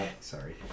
sorry